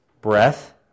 Breath